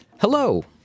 Hello